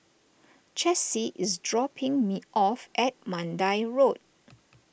Chessie is dropping me off at Mandai Road